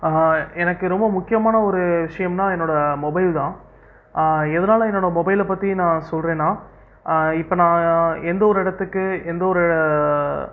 எனக்கு ரொம்ப முக்கியமான ஒரு விஷயம்னால் என்னோடய மொபைல் தான் எதனால் என்னோடய மொபைலை பற்றி நான் சொல்கிறேன்னா இப்போ நான் எந்த ஒரு இடத்துக்கு எந்த ஒரு